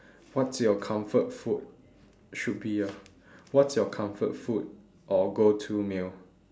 what's your comfort food should be ah what's your comfort food or go to meal